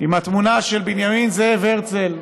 עם התמונה של בנימין זאב הרצל,